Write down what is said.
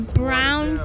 brown